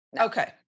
Okay